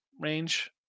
range